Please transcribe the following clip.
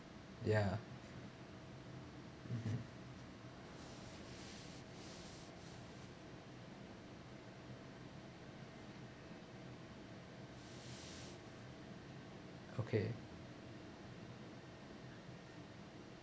ya mmhmm okay